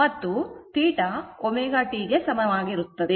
ಮತ್ತು θ ωt ಗೆ ಸಮಾನವಾಗಿರುತ್ತದೆ